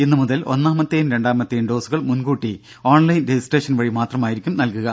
ഇന്നു മുതൽ ഒന്നാമത്തേയും രണ്ടാമത്തേയും ഡോസുകൾ മുൻകൂട്ടി ഓൺലൈൻ രജിസട്രേഷൻ വഴി മാത്രമായിരിക്കും നൽകുക